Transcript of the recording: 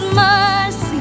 mercy